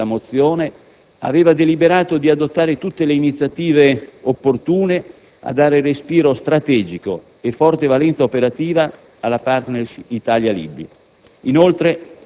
come citato nella mozione - aveva deliberato di «adottare tutte le iniziative opportune a dare respiro strategico e forte valenza operativa alla *partnership* Italia-Libia»;